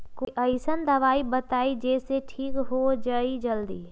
कोई अईसन दवाई बताई जे से ठीक हो जई जल्दी?